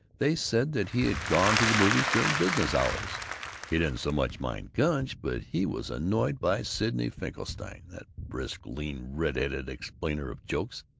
they said that he had gone to the movies during business-hours. he didn't so much mind gunch, but he was annoyed by sidney finkelstein, that brisk, lean, red-headed explainer of jokes.